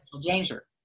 danger